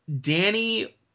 Danny